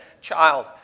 child